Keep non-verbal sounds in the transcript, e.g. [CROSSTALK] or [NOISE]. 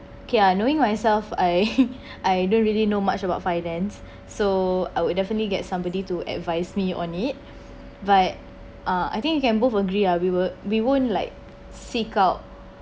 okay knowing myself I [LAUGHS] I don't really know much about finance so I would definitely get somebody to advise me on it but uh I think we can both agree ah we were we won't like seek out